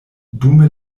dume